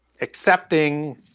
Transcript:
accepting